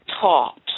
taught